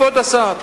כבוד השר,